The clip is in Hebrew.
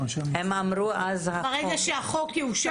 ברגע שהחוק יאושר?